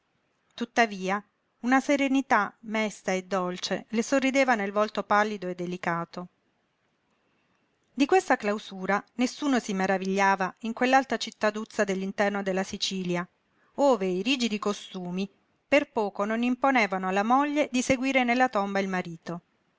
tuttavia una serenità mesta e dolce le sorrideva nel volto pallido e delicato di questa clausura nessuno si maravigliava in quell'alta cittaduzza dell'interno della sicilia ove i rigidi costumi per poco non imponevano alla moglie di seguire nella tomba il marito